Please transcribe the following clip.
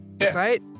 right